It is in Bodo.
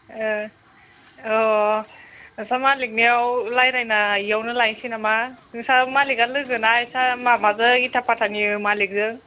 ओं औ नोंसा मालिकनियाव रायज्लायना बेयावनो लायनोसै नामा नोंसा मालिकआ लोगो ना ओइसा इथा फाथानि मालिकजों